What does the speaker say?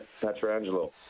Petrangelo